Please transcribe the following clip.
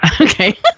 Okay